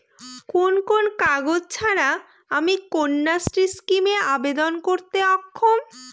কোন কোন কাগজ ছাড়া আমি কন্যাশ্রী স্কিমে আবেদন করতে অক্ষম?